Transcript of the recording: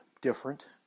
different